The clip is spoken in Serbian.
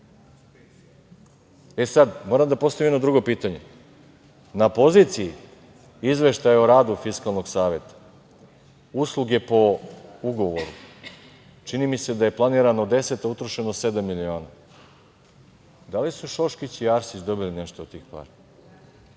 Sada moram da postavim jedno drugo pitanje. Na poziciji Izveštaja o radu Fiskalnog saveta, usluge po ugovoru, čini mi se da je planirano deset, a utrošeno sedam miliona, da li su Šoškić i Arsić dobili nešto od tih para?